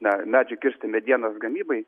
na medžių kirsti medienos gamybai